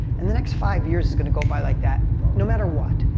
and the next five years is gonna go by like that no matter what,